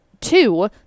two